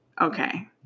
Okay